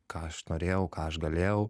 ką aš norėjau ką aš galėjau